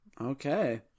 Okay